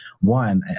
One